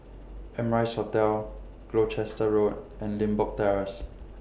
Amrise Hotel Gloucester Road and Limbok Terrace